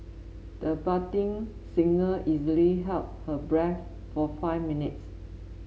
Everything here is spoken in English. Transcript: the budding singer easily held her breath for five minutes